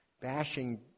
bashing